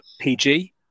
PG